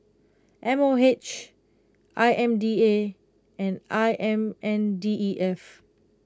M O H I M D A and I M N D E F